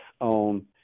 on